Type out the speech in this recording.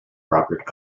robert